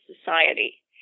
society